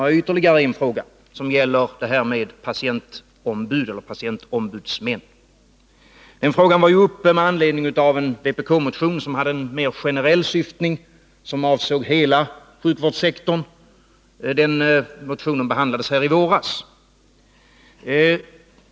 Jag har ytterligare frågor som gäller detta med patientombudsmän, en fråga som var uppe med anledning av en vpk-motion som hade en mer generell syftning och avsåg hela sjukvårdssek torn. Den motionen behandlades här i våras.